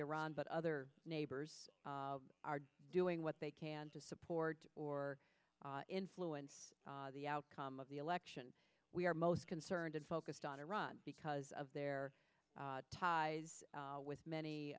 iran but other neighbors are doing what they can to support or influence the outcome of the election we are most concerned and focused on iran because of their ties with many